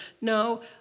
No